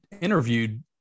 interviewed